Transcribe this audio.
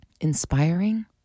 inspiring